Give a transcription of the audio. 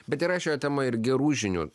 bet yra šioje temoj ir gerų žinių